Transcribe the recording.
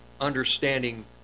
understanding